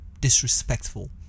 disrespectful